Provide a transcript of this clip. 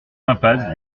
impasse